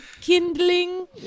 kindling